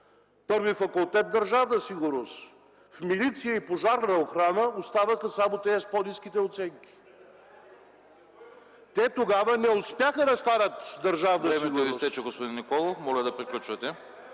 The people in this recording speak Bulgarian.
Първи факултет – Държавна сигурност. В „Милиция” и „Пожарна охрана” оставаха само тия с по-ниските оценки. Те тогава не успяха да сварят Държавна сигурност.